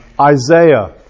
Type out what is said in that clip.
Isaiah